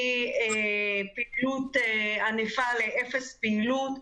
מפעילות ענפה לאפס פעילות.